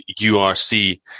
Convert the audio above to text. URC